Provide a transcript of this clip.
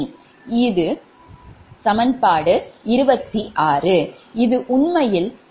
இது சமன்பாடு 26 இது உண்மையில் வகை 3 மாற்றம் ஆகும்